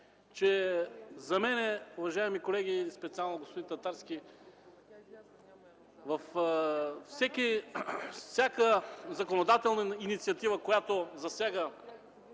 да добавя, уважаеми колеги, специално господин Татарски, във всяка законодателна инициатива, която засяга